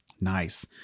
Nice